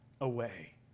away